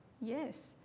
Yes